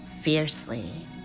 fiercely